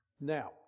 Now